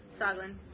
Soglin